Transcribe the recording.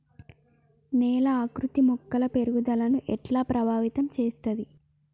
నేల ఆకృతి మొక్కల పెరుగుదలను ఎట్లా ప్రభావితం చేస్తది?